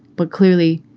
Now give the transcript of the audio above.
but clearly,